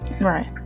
right